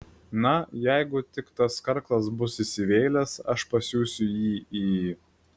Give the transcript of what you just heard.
na jeigu tik tas karklas bus įsivėlęs aš pasiųsiu jį į